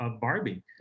Barbie